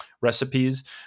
recipes